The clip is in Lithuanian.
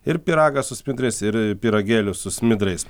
ir pyragą su smidrais ir pyragėlius su smidrais